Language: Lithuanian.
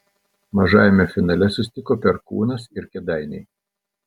mažajame finale susitiko perkūnas ir kėdainiai